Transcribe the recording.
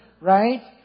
right